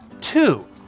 Two